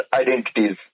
identities